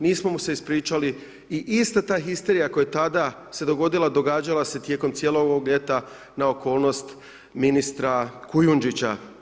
Nismo mu se ispričali, i ista ta histerija, koja tada se dogodila događala se tijekom cijelog ovog ljeta na okolnost ministra Kujundžića.